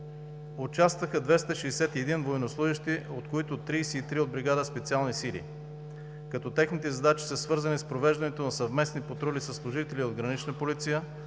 участваха 261 военнослужещи, от които 33 от бригада „Специални сили“, като техните задачи са свързани с провеждането на съвместни патрули със служители от Гранична полиция,